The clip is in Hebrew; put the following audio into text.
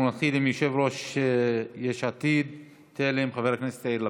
אנחנו נתחיל עם יושב-ראש יש עתיד-תל"ם חבר הכנסת יאיר לפיד,